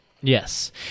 Yes